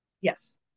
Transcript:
Yes